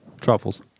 truffles